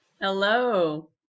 hello